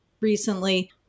recently